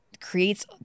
creates